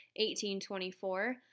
1824